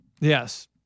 Yes